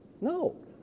No